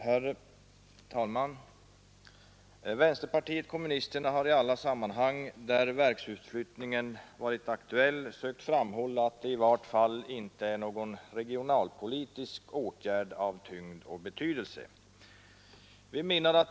Herr talman! Vänsterpartiet kommunisterna har i alla sammanhang där verksutflyttning varit aktuell sökt framhålla att den i vart fall inte är någon regionalpolitisk åtgärd av tyngd och betydelse.